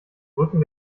rücken